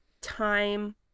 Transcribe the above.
time